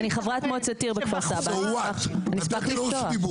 אשמח לפתוח.